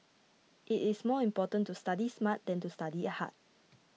it is more important to study smart than to study hard